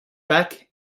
beck